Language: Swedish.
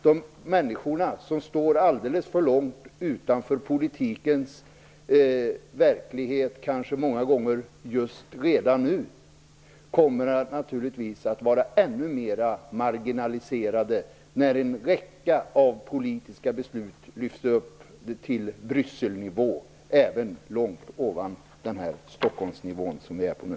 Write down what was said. De människor som står alldeles för långt utanför politikens verklighet redan nu kommer att bli ännu mer marginaliserade, när en räcka av politiska beslut lyfts upp till Brysselnivå, långt ovan den Stockholmsnivå vi nu befinner oss på.